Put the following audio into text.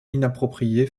inappropriée